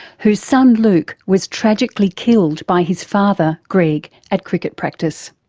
whose son luke was tragically killed by his father, greg, at cricket practice.